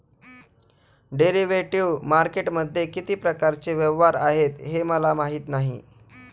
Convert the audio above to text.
derivative मार्केटमध्ये किती प्रकारचे व्यवहार आहेत हे मला माहीत नाही